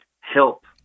help